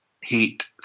heat